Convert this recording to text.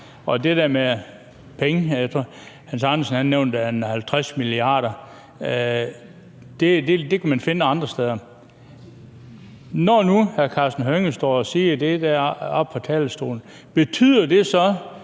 at de penge – Hans Andersen nævnte et beløb på 50 mia. kr. – kan man finde andre steder. Når nu hr. Karsten Hønge står og siger det oppe fra talerstolen, betyder det så,